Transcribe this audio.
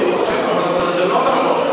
כי אני חושב שזה לא נכון,